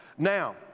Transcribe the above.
Now